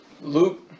Luke